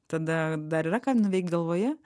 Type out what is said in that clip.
tada dar yra ką nuveikt galvoje